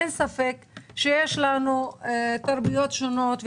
אין ספק שיש לנו תרבויות שונות,